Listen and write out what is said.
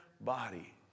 body